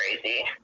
crazy